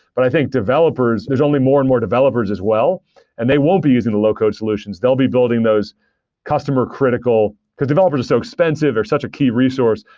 but i think developers, there're only more and more developers as well and they won't be using the low-code solutions. they'll be building those customer critical because developers are so expensive. they're such a key resource.